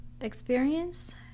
experience